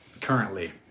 currently